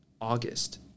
August